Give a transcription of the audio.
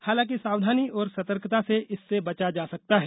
हालांकि सावधानी और सतर्कता से इससे बचा जा सकता है